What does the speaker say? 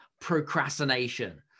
procrastination